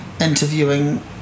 interviewing